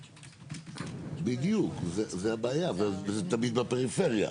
בדיוק, זאת הבעיה, וזה תמיד בפריפריה.